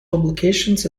publications